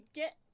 get